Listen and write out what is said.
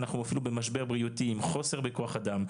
אנחנו אפילו במשבר בריאותי עם חוסר בכוח אדם.